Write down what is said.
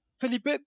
Felipe